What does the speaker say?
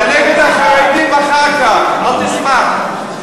זה נגד החרדים אחר כך, אל תשמח.